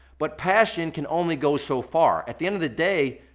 but passion can only go so far. at the end of the day,